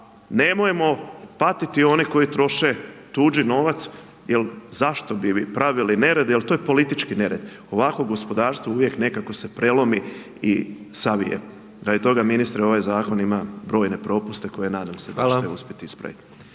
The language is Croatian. nemojmo patiti one koji troše tuđi novac, jer zašto bi vi pravili nered, jer to je politički nered. Ovako gospodarstvo uvijek nekako se prelomi i savije. Radi toga ministre ovaj zakon ima brojne propuste koje nadam se da ćete uspjeti ispravit.